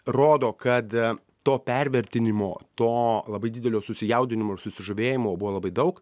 rodo kad to pervertinimo to labai didelio susijaudinimo ir susižavėjimo buvo labai daug